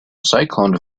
cyclone